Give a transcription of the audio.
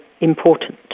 important